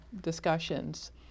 discussions